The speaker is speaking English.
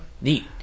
neat